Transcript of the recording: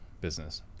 business